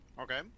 Okay